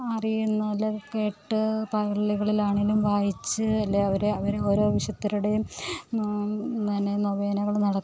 അറിയുന്നു അല്ലേ കേട്ട് പള്ളികളിലാണെങ്കിലും വായിച്ച് അല്ലേ അവർ അവരെ ഓരോ വിശുദ്ധരുടെയും പിന്നെ നൊവേനകൾ നട